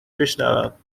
بشنوم